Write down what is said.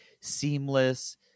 seamless